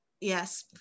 yes